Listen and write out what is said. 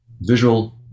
visual